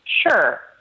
Sure